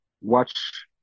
watch